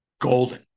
golden